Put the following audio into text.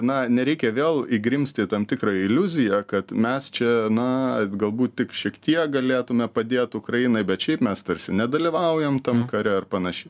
na nereikia vėl įgrimzti į tam tikrą iliuziją kad mes čia na galbūt tik šiek tiek galėtume padėt ukrainai bet šiaip mes tarsi nedalyvaujam tam kare ar panašiai